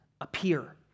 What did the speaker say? appear